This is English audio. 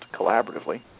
collaboratively